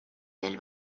del